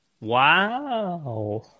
Wow